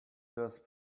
this